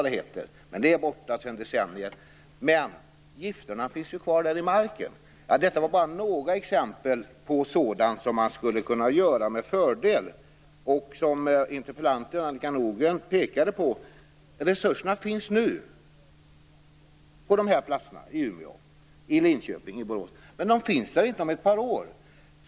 Det är borta sedan decennier, men gifterna finns ju kvar i marken. Detta var bara några exempel på sådant som man med fördel skulle kunna göra och som interpellanten Annika Nordgren pekade på. Resurserna finns nu på de här platserna, i Umeå, i Linköping och i Borås, men de finns där inte om ett par år.